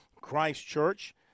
Christchurch